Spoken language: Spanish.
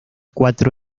cuatro